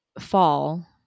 fall